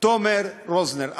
שתומר רוזנר,